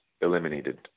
eliminated